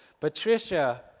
Patricia